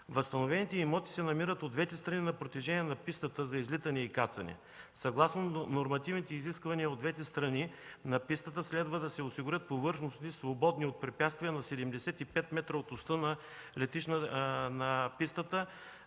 Възстановените имоти се намират от двете страни на протежение на пистата за излитане и кацане. Съгласно нормативните изисквания от двете страни на пистата следва да се осигурят повърхностни свободни от препятствие на 75 м от оста на пистата